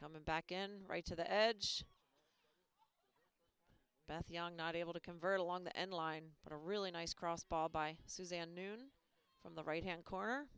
coming back in right to the edge beth young not able to convert along the end line but a really nice cross ball by suzanne noon from the right hand corner